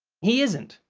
he isn't.